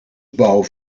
bouw